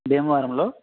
భీమవరములో